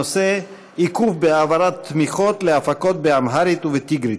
הנושא: עיכוב בהעברת תמיכות להפקות באמהרית ובטיגרית.